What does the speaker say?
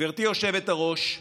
גברתי היושבת-ראש,